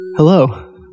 Hello